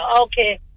okay